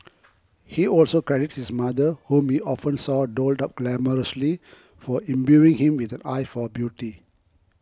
he also credits his mother whom he often saw dolled up glamorously for imbuing him with an eye for beauty